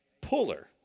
puller